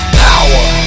power